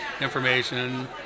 information